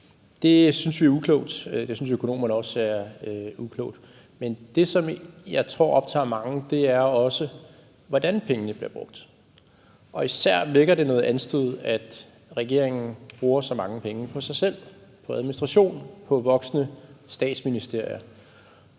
Det synes vi er uklogt, og det synes økonomerne også er uklogt. Men det, som jeg tror optager mange, er også, hvordan pengene bliver brugt. Især vækker det noget anstød, at regeringen bruger så mange penge på sig selv, på administration og på voksende statsministerier,